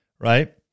right